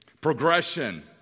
Progression